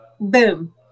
boom